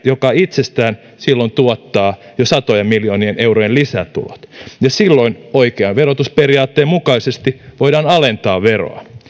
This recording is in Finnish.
joka silloin tuottaa itsestään jo satojen miljoonien eurojen lisätulot ja silloin oikean verotusperiaatteen mukaisesti voidaan alentaa veroa